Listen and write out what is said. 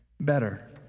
better